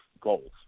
goals